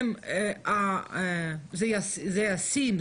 זה ישים?